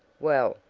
well,